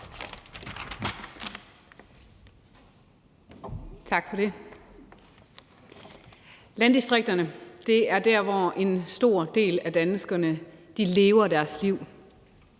Tak for det. Landdistrikterne er der, hvor en stor del af danskerne lever deres liv,